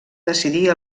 decidir